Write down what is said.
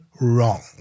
wrong